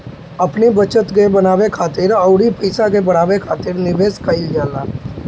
अपनी बचत के बनावे खातिर अउरी पईसा के बढ़ावे खातिर निवेश कईल जाला